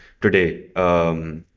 today